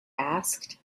asked